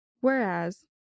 Whereas